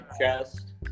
chest